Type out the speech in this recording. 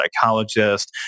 psychologist